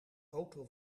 auto